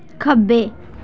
ਖੱਬੇ